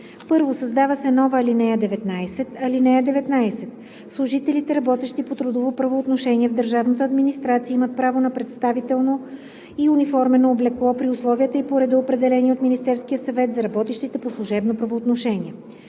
1. Създава се нова ал. 19: „(19) Служителите, работещи по трудово правоотношение в държавната администрация, имат право на представително и униформено облекло при условията и по реда, определени от Министерския съвет за работещите по служебно правоотношение.“